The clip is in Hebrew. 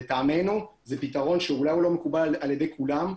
לטעמנו זה פתרון שאולי הוא לא מקובל על ידי כולם,